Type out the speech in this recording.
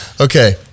Okay